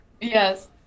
Yes